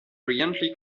brilliantly